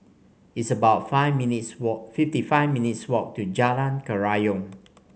it's about five minutes' walk fifty five minutes' walk to Jalan Kerayong